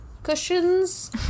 cushions